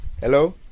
hello